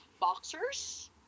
boxers